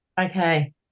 okay